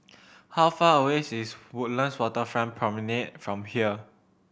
how far away is Woodlands Waterfront Promenade from here